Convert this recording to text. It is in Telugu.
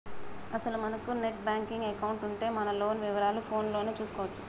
అసలు మనకు నెట్ బ్యాంకింగ్ ఎకౌంటు ఉంటే మన లోన్ వివరాలు ఫోన్ లోనే చూసుకోవచ్చు